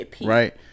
right